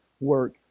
work